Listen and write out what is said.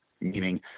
meaning